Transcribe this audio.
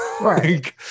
Right